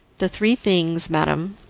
the three things, madam,